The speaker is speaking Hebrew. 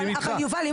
אבל יובל,